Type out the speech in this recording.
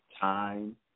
time